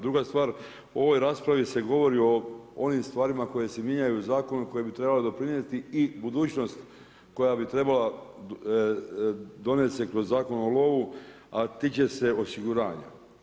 Druga stvar, u ovoj raspravi se govori o onim stvarima koje se mijenjaju u zakonu i koje bi trebale doprinijeti i budućnost koja bi trebala donest se kroz Zakon o lovu, a tiče se osiguranja.